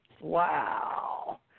Wow